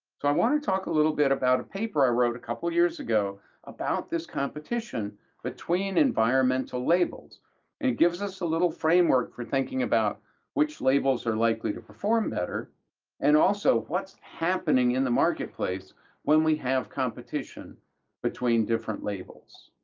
so i want to talk a little bit about a paper i wrote a couple years ago about this competition between environmental labels, and it gives us a little framework for thinking about which labels are likely to perform better and also what's happening in the marketplace when we have competition between different labels.